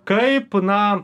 kaip na